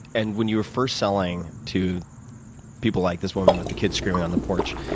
and when you first selling to people like this woman with the kid screaming on the porch,